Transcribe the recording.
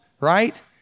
right